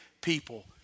people